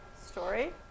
story